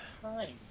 times